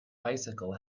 bicycle